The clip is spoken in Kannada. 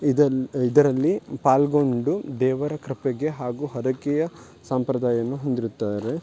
ಇದಲ್ ಇದರಲ್ಲಿ ಪಾಲ್ಗೊಂಡು ದೇವರ ಕೃಪೆಗೆ ಹಾಗೂ ಹರಕೆಯ ಸಂಪ್ರದಾಯವನ್ನು ಹೊಂದಿರುತ್ತಾರೆ